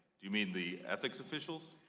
you mean the ethics officials?